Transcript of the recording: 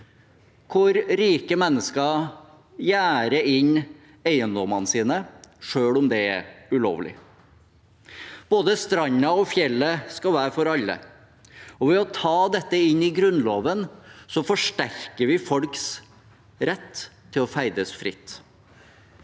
hvor rike mennesker gjerder inn eiendommene sine, selv om det er ulovlig. Både stranda og fjellet skal være for alle, og ved å ta dette inn i Grunnloven forsterker vi folks rett til å ferdes fritt.